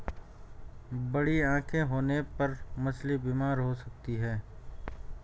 बड़ी आंखें होने पर मछली बीमार हो सकती है